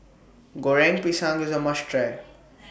Goreng Pisang IS A must Try